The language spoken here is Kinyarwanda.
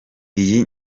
iyi